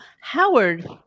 Howard